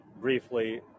briefly